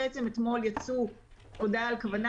אתמול יצאה הודעה על כוונה,